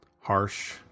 harsh